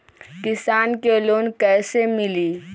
किसान के लोन कैसे मिली?